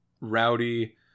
rowdy